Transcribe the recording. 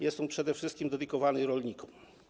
Jest on przede wszystkim dedykowany rolnikom.